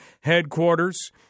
headquarters